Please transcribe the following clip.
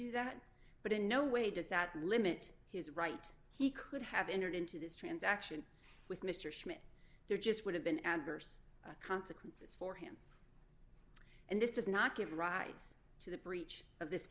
do that but in no way does that limit his right he could have entered into this transaction with mr schmidt there just would have been adverse consequences for him and this does not give rise to the breach of this